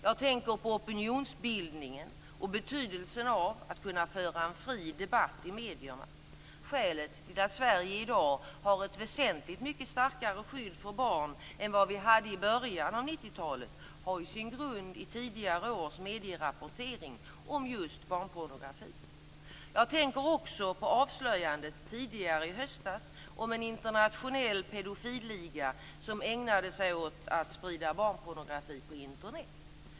Jag tänker på opinionsbildningen och betydelsen av att kunna föra en fri debatt i medierna. Skälet till att Sverige i dag har ett väsentligt mycket starkare skydd för barn än vad vi hade i början av 90-talet har ju sin grund i tidigare års medierapportering om just barnpornografi. Jag tänker också på avslöjandet tidigare i höstas om en internationell pedofilliga som ägnade sig åt att sprida barnpornografi på Internet.